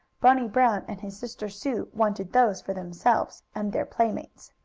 bunny brown and his sister sue wanted those for themselves and their playmates.